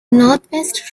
northwest